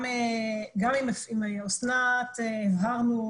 גם עם אסנת הבהרנו,